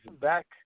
back